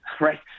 right